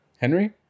Henry